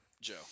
Joe